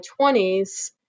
20s